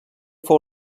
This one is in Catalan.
fou